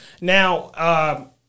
Now